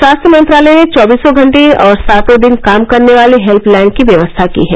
स्वास्थ्य मंत्रालय ने चौबीसों घंटे और सातों दिन काम करने वाली हेल्पलाइन की व्यवस्था की है